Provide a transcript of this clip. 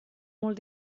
molt